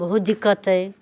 बहुत दिक्कत अइ